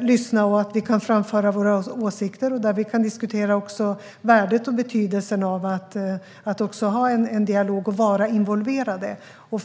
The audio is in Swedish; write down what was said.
lyssna och framföra våra åsikter samt diskutera värdet och betydelsen av att ha en dialog och vara involverade.